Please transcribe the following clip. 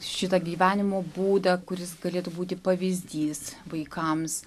šitą gyvenimo būdą kuris galėtų būti pavyzdys vaikams